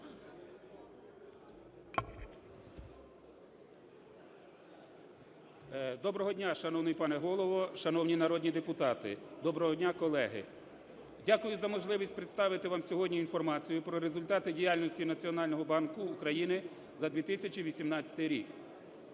Доброго дня, шановний пане Голово, шановні народні депутати! Доброго дня, колеги! Дякую за можливість представити вам сьогодні інформацію про результати діяльності Національного банку України за 2018.